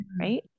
right